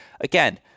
again